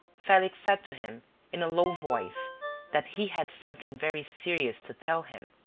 felix said to him in a low voice that he had something very serious to tell him.